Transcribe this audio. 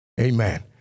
Amen